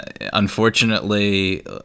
unfortunately